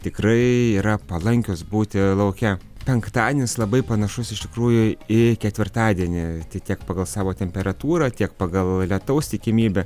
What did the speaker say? tikrai yra palankios būti lauke penktadienis labai panašus iš tikrųjų į ketvirtadienį tai tiek pagal savo temperatūrą tiek pagal lietaus tikimybę